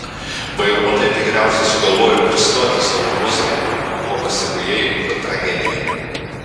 vairuotoja tikriausiai sugalvojo pristoti savo juostoj ko pasėkoje įvyko tragedija